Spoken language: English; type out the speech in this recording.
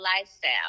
lifestyle